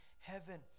heaven